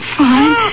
fine